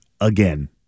again